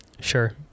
Sure